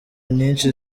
nyinshi